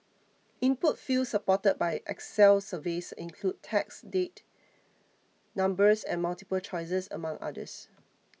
input fields supported by Excel surveys include text date numbers and multiple choices among others